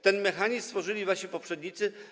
Ten mechanizm stworzyli wasi poprzednicy.